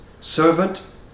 servant